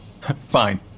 Fine